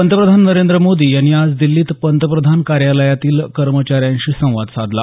पंतप्रधान नरेंद्र मोदी यांनी आज दिल्लीत पंतप्रधान कार्यालयातील कर्मचाऱ्यांशी संवाद साधला